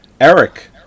Eric